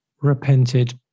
repented